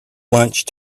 lunch